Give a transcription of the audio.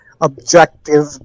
objective